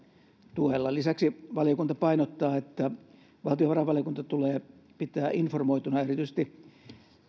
tuella lisäksi valiokunta painottaa että valtiovarainvaliokunta tulee pitää informoituna erityisesti